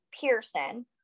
Pearson